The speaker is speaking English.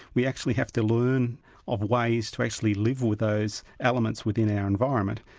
we actually have to learn of ways to actually live with those elements within our environment,